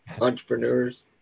Entrepreneurs